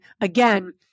again